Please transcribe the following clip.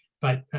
but